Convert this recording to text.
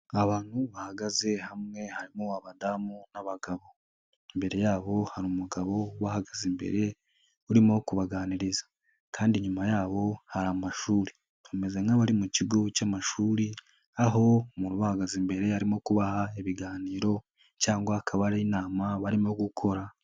Abantu bahagaze hamwe harimo abadamu n'abagabo, imbere yabo hari umugabo ubahagaze imbere urimo kubaganiriza kandi inyuma yabo hari amashuri, bameze nk'abari mu kigo cy'amashuri aho umuntu ubahagaze imbere arimo kubaha ibiganiro cyangwa akaba ari inama barimo gukora.